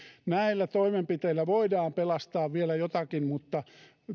näillä toimenpiteillä voidaan pelastaa vielä jotakin mutta